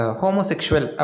homosexual